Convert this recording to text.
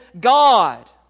God